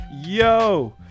Yo